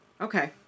Okay